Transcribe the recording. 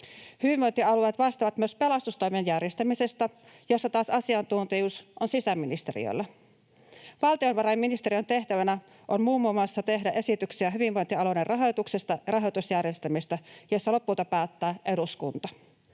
Hyvinvointialueet vastaavat myös pelastustoimen järjestämisestä, jossa taas asiantuntijuus on sisäministeriöllä. Valtiovarainministeriön tehtävänä on muun muassa tehdä esityksiä hyvinvointialueiden rahoituksesta ja rahoitusjärjestelmistä, joista lopulta päättää eduskunta.